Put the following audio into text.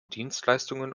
dienstleistungen